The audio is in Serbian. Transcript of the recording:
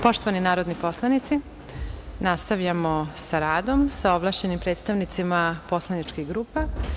Poštovani narodni poslanici, nastavljamo sa radom, sa ovlašćenim predstavnicima poslaničkih grupa.